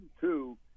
two